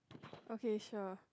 okay sure